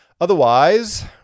Otherwise